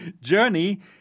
Journey